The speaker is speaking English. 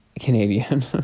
Canadian